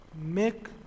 make